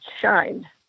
shine